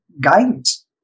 guidance